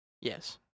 Yes